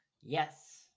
Yes